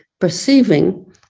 perceiving